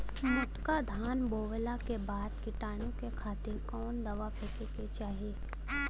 मोटका धान बोवला के बाद कीटाणु के खातिर कवन दावा फेके के चाही?